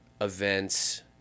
events